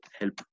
help